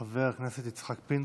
חבר הכנסת יצחק פינדרוס,